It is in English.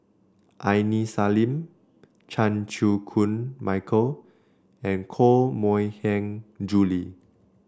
Aini Salim Chan Chew Koon Michael and Koh Mui Hiang Julie